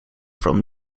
from